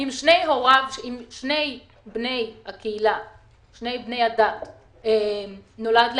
אם לשני בני הדת נולד ילד,